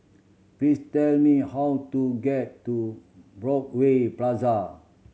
please tell me how to get to Broadway Plaza